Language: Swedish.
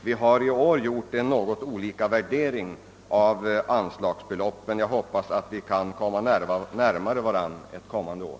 Vi har ju i år gjort något olika värderingar av anslagsbeloppen, men jag hoppas att vi kan komma varandra närmare ett annat år.